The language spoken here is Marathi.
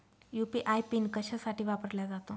यू.पी.आय पिन कशासाठी वापरला जातो?